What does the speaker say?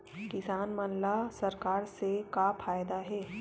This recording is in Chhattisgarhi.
किसान मन ला सरकार से का फ़ायदा हे?